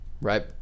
right